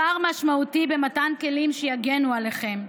פער משמעותי במתן כלים שיגנו עליכם,